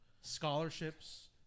scholarships